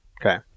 Okay